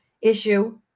issue